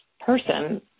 person